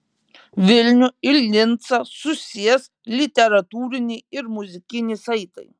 vilnių ir lincą susies literatūriniai ir muzikiniai saitai